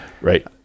Right